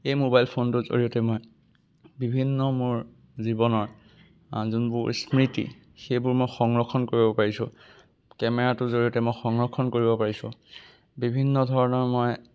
এই মোবাইল ফোনটোৰ জৰিয়তে মই বিভিন্ন মোৰ জীৱনৰ যোনবোৰ স্মৃতি সেইবোৰ মই সংৰক্ষণ কৰিব পাৰিছোঁ কেমেৰাটোৰ জৰিয়তে মই সংৰক্ষণ কৰিব পাৰিছোঁ বিভিন্ন ধৰণৰ মই